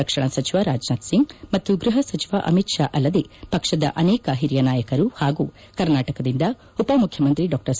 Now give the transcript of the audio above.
ರಕ್ಷಣಾ ಸಜಿವ ರಾಜನಾಥ್ ಸಿಂಗ್ ಮತ್ತು ಗೃಪ ಸಚಿವ ಅಮಿತ್ ಶಾ ಅಲ್ಲದೇ ಪಕ್ಷದ ಅನೇಕ ಹಿರಿಯ ನಾಯಕರು ಪಾಗೂ ಕರ್ನಾಟಕದಿಂದ ಉಪಮುಖ್ಯಮಂತ್ರಿ ಡಾ ಸಿ